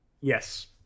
Yes